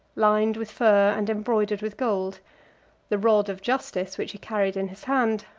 lined with fur, and embroidered with gold the rod of justice, which he carried in his hand,